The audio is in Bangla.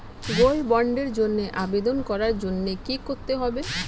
গোল্ড বন্ডের জন্য আবেদন করার জন্য কি করতে হবে?